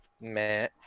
Man